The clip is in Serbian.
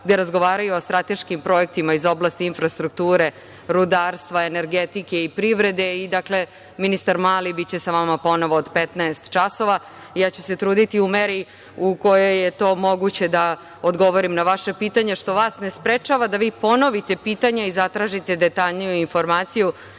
gde razgovaraju o strateškim projektima iz oblasti infrastrukture, rudarstva, energetike i privrede. Dakle, ministar Mali biće sa vama ponovo od 15.00 časova. Ja ću se truditi u meri u kojoj je to moguće da odgovorim na vaša pitanja, što vas ne sprečava da ponovite pitanje i zatražite detaljniju informaciju